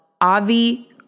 Avi